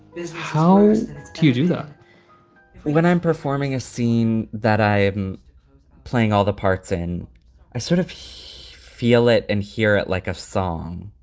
is how to do that when i'm performing a scene that i am playing all the parts and i sort of feel it and hear it like a song,